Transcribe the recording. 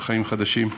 "חיים חדשים".